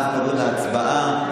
אנחנו עוברים להצבעה.